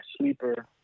sleeper